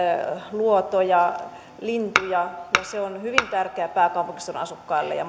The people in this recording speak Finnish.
luotoja lintuja ja se on hyvin tärkeä pääkaupunkiseudun asukkaille ja